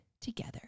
together